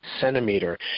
centimeter